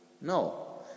No